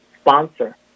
sponsor